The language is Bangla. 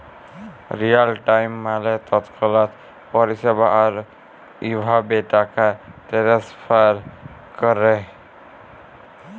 রিয়াল টাইম মালে তৎক্ষণাৎ পরিষেবা, আর ইভাবে টাকা টেনেসফার ক্যরে